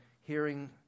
hearing